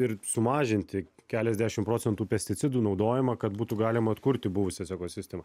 ir sumažinti keliasdešim procentų pesticidų naudojimą kad būtų galima atkurti buvusias ekosistemas